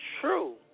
true